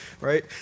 right